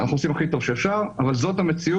הם עושים הכי טוב שאפשר, אבל זאת המציאות.